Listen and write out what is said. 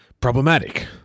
problematic